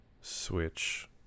Switch